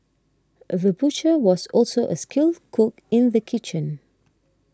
the butcher was also a skilled cook in the kitchen